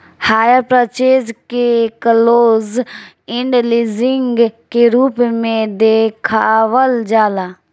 hire purchase के close end leasing के रूप में देखावल जाला